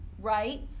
right